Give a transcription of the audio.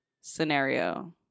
scenario